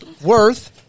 Worth